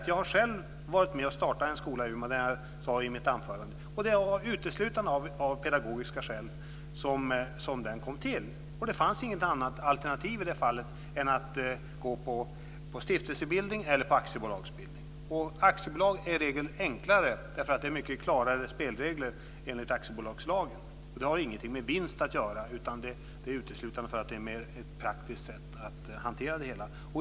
Jag har själv varit med och startat en skola i Umeå, som jag sade i mitt anförande. Det var uteslutande av pedagogiska skäl som den kom till. Det fanns inget annat alternativ i det fallet än att gå på stiftelsebildning eller aktiebolagsbildning. Aktiebolag är i regel enklare därför att det är mycket enklare, klarare spelregler enligt aktiebolagslagen. Det har ingenting med vinst att göra, utan det är uteslutande för att det är ett praktiskt sätt att hantera det hela.